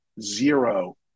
zero